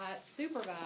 supervise